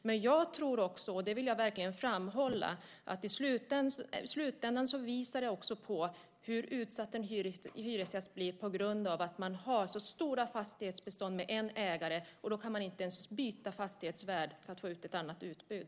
Men jag tror också, och det vill jag verkligen framhålla, att i slutändan visar det också på hur utsatt en hyresgäst blir på grund av att det finns så stora fastighetsbestånd med en ägare. Då kan man inte ens byta fastighetsvärd för att få ett annat utbud.